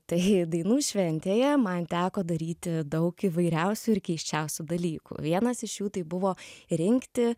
tai dainų šventėje man teko daryti daug įvairiausių ir keisčiausių dalykų vienas iš jų tai buvo rinkti